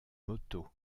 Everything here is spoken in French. moto